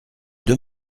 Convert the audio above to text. deux